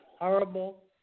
horrible